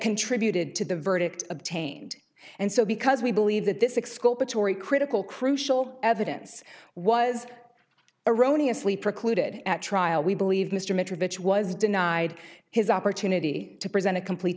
contributed to the verdict obtained and so because we believe that this exculpatory critical crucial evidence was erroneous lee precluded at trial we believe mr mitrovica was denied his opportunity to present a complete